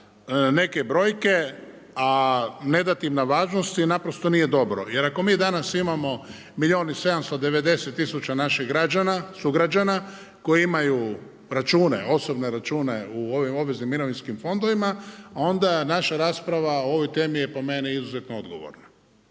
neke brojke, a ne dati im na važnosti naprosto nije dobro jer ako mi danas imamo milijun i 790 tisuća naših sugrađana koji imaju osobne račune u ovim obveznim mirovinskim fondovima, onda naša rasprava o ovoj temi je po meni izuzetno odgovorna,